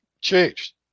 changed